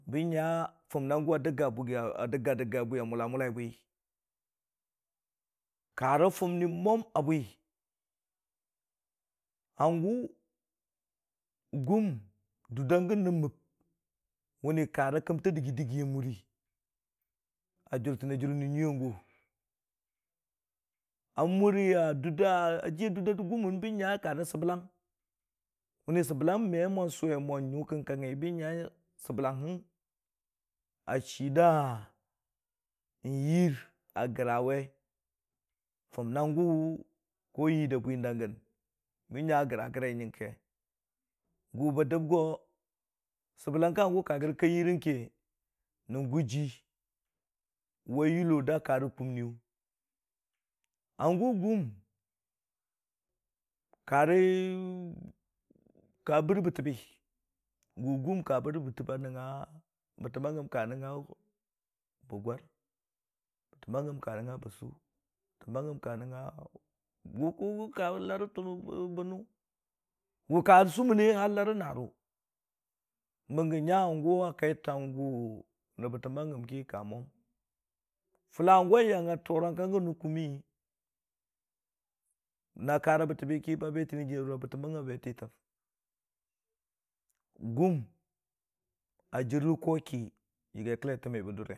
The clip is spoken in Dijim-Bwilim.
Bən nua funna gʊ a dəgga dəgga bwi a mʊla mʊla bwi ka rə funni mwam a bwi hangʊ gʊm dur da gən nən məb, wʊni ka rə kənta dəggi dəggi a muri, a jʊrtən jʊr nən nyuiya gʊ, a muriya dur da, a jiya dur gʊmmən bən nya ka rə səblang mənni səblang me mo sʊwe mo, nyu kəngkangngi mənni bən nya səblangngə a chii da yiir a gra we fʊnna gʊ wa yiir da bwiyəng da gən, bən nya graa grai nyəng ke gʊ bə dəb go səblang ka hangʊ a graa grai da yiirəni, ker nən gʊji wa yulo da karə kʊmniyʊ hangʊ gʊm ka rə ka bərə betəbi, gʊ gum ka buura betə bi a nəngnga betəm bən gəm ka nəngngən bə gwari betəm ban gəm ka nəngnga bəsu, gʊ ki ka larə bə nʊ, gʊ ka sʊmənni larə narʊ. Bəngə nya hangʊwa kai tangʊ rə betəm ba gəm ki ka mwam fula hangʊ a yangnga toorang kang gən rə kʊmmi na ka rə betəbi ki ba betən nən jɨnii jaʊri a betəm ba gəm a be tɨtəng gʊm a jir rə koo ki.